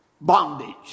bondage